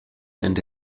and